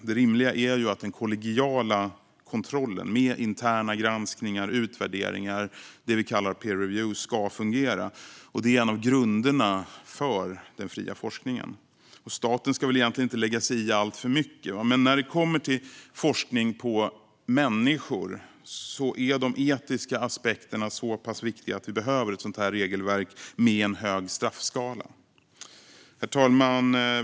Det rimliga är att den kollegiala kontrollen med interna granskningar och utvärderingar, det vi kallar peer review, ska fungera. Det är en av grunderna för den fria forskningen. Staten ska egentligen inte lägga sig i alltför mycket. Men när det kommer till forskning på människor är de etiska aspekterna så pass viktiga att vi behöver ett sådant här regelverk med en hög straffskala. Herr talman!